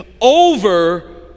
over